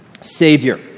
Savior